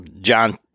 John